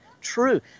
true